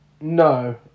no